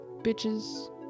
bitches